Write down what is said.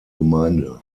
gemeinde